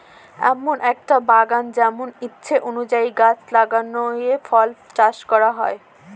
এমন একটা বাগান যেমন ইচ্ছে অনুযায়ী গাছ লাগিয়ে ফল চাষ করা হয়